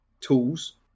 tools